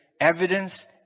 evidence